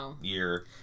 year